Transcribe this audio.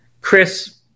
Chris